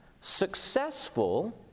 successful